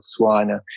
Botswana